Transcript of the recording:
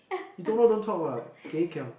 you don't know don't talk lah geh kiang